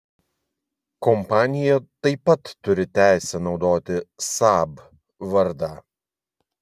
kompanija taip pat turi teisę naudoti saab vardą